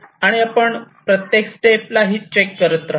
आणि आपण प्रत्येक स्टेप ला ही चेक करत रहा